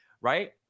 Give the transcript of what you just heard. right